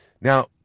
Now